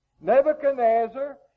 Nebuchadnezzar